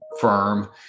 firm